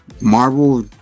Marvel